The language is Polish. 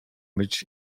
być